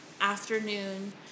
afternoon